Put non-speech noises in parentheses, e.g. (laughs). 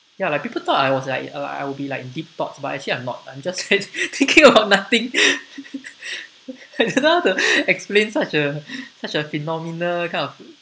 ya like people thought I was like uh I will be like deep thoughts but actually I'm not (laughs) I'm just thinking about nothing (laughs) I don't know how to (laughs) explain such a such a phenomenal kind of